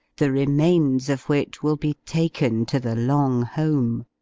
the remains of which will be taken to the long home.